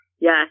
yes